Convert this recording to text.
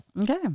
okay